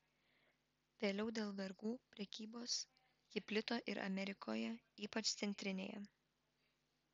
vėliau dėl vergų prekybos ji plito ir amerikoje ypač centrinėje